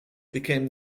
became